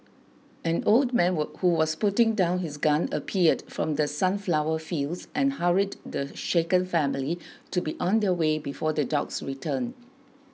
an old man were who was putting down his gun appeared from the sunflower fields and hurried the shaken family to be on their way before the dogs return